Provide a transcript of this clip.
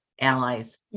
allies